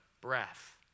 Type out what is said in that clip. breath